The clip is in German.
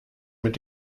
mit